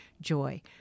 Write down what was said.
joy